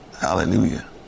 Hallelujah